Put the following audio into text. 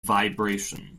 vibration